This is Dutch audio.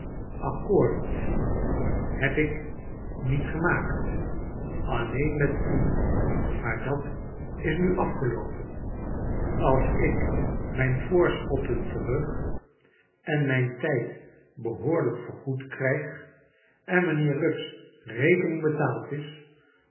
accoord heb ik niet gemaakt alleen met u maar dat is nu afgeloopen als ik mijn voorschotten terug en mijn tijd behoorlijk vergoed krijg en mijnheer rugg's rekening betaald is